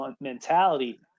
mentality